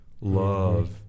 love